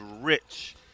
rich